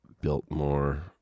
Biltmore